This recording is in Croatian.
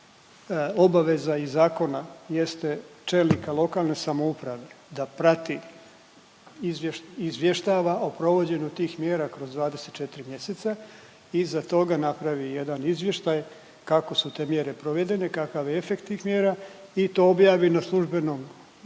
Obaveza iz zakona jeste čelnika lokalne samouprave da prati i izvjšetava o provođenju tih mjera kroz 24 mjeseca i iza toga napravi jedan izvještaj kako su te mjere provedene, kakav je efekt tih mjera i to objavi na službenom,